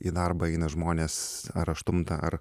į darbą eina žmonės ar aštuntą ar